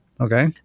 Okay